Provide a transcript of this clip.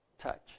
touch